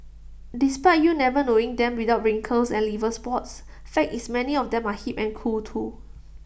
despite you never knowing them without wrinkles and liver spots fact is many of them are hip and cool too